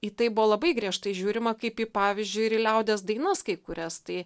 į tai buvo labai griežtai žiūrima kaip į pavyzdžiui ir į liaudies dainas kai kurias tai